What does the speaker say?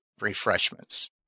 refreshments